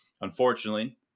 Unfortunately